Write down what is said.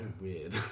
weird